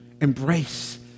embrace